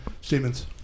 statements